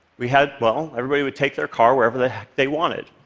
we had well, everybody would take their car wherever the heck they wanted.